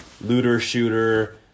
looter-shooter